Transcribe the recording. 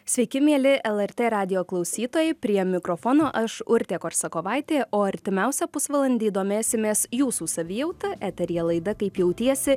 sveiki mieli lrt radijo klausytojai prie mikrofono aš urtė korsakovaitė o artimiausią pusvalandį domėsimės jūsų savijauta eteryje laida kaip jautiesi